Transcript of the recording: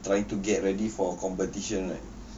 trying to get ready for competition right